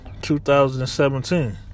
2017